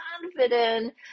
confident